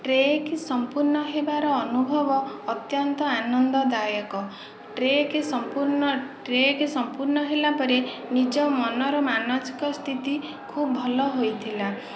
trek ସମ୍ପୂର୍ଣ୍ଣ ହେବାର ଅନୁଭବ ଅତ୍ୟନ୍ତ ଆନନ୍ଦଦାୟକ ଟ୍ରେକ୍ ସମ୍ପୂର୍ଣ୍ଣ ଟ୍ରେକ୍ ସମ୍ପୂର୍ଣ୍ଣ ହେଲା ପରେ ନିଜ ମନର ମାନସିକ ସ୍ଥିତି ଖୁବ ବହୁତ ଭଲ ହୋଇଥିଲା